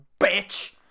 bitch